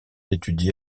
étudié